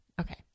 Okay